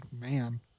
man